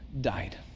died